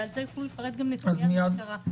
ועל זה יוכלו לפרט גם נציגי המשטרה.